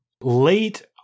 Late